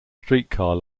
streetcar